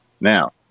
Now